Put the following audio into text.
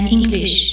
English